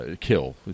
kill